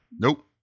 Nope